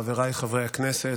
חבריי חברי הכנסת,